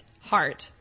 heart